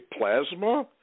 plasma